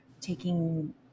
taking